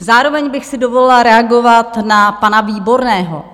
Zároveň bych si dovolila reagovat na pana Výborného.